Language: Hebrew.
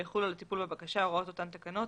ויחולו על הטיפול בבקשה הוראות אותן תקנות